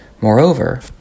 Moreover